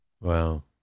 Wow